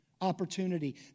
opportunity